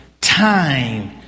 time